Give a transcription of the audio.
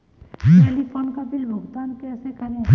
Telephone bill का भुगतान कैसे करें?